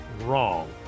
wrong